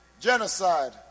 genocide